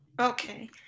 Okay